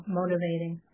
motivating